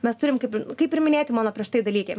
mes turim kaip kaip ir minėti mano prieš tai dalykai